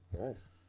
Nice